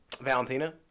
Valentina